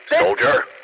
Soldier